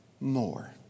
more